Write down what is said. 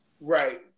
right